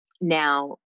Now